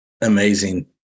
Amazing